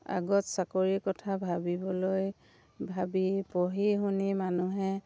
আগত চাকৰিৰ কথা ভাবিবলৈ ভাবি পঢ়ি শুনি মানুহে